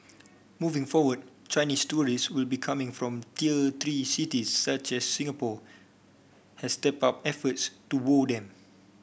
moving forward Chinese tourist will be coming from tier three cities such as Singapore has stepped up efforts to woo them